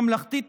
ממלכתית,